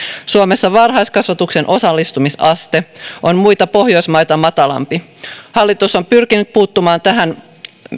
suomessa varhaiskasvatuksen osallistumisaste on muita pohjoismaita matalampi hallitus on pyrkinyt puuttumaan tähän